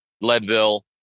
Leadville